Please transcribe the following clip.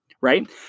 right